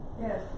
Yes